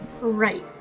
Right